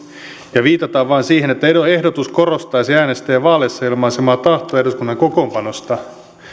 ja viitataan vain siihen että ehdotus korostaisi äänestäjien vaaleissa ilmaisemaa tahtoa eduskunnan kokoonpanosta